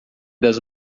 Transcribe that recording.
das